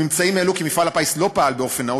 הממצאים העלו כי מפעל הפיס לא פעל באופן נאות